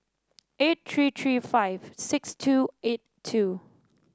eight three three five six two eight two